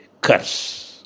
curse